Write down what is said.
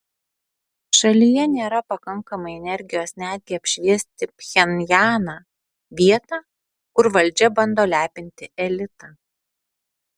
šalyje nėra pakankamai energijos netgi apšviesti pchenjaną vietą kur valdžia bando lepinti elitą